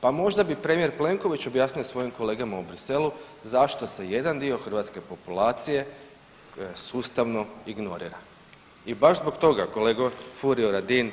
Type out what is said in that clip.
Pa možda bi premijer Plenković objasnio svojim kolegama u Briselu zašto se jedan dio hrvatske populacije sustavno ignorira i baš zbog toga kolega Furio Radin